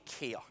care